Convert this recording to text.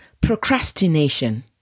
Procrastination